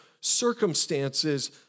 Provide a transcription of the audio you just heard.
circumstances